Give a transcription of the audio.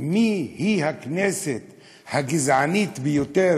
מיהי הכנסת הגזענית ביותר,